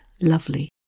lovely